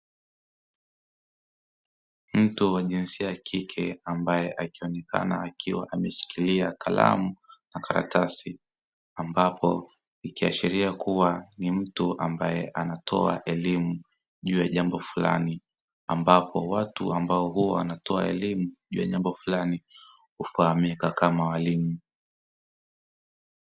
Mtu wa jinsia ya kike ambaye akionekana akiwa ameshikilia kalamu na karatasi ambapo ikiashiria kuwa ni mtu ambaye anatoa elimu juu ya jambo fulani, ambapo watu ambao huwa wanatoa elimu juu ya jambo fulani hufahamika kama walimu.